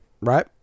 right